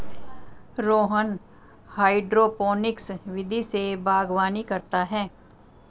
Rohan hydroponics विधि से बागवानी करता है